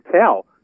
tell